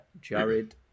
Jared